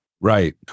Right